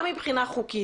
גם מבחינה חוקית,